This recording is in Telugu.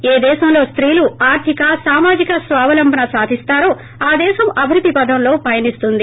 ఏ దేశంలో స్తీలు ఆర్ధిక సామాజిక స్వావలంభన సాధిస్తారో ఆ దేశం అభివృద్ధి పధంలో పయనిస్తుంది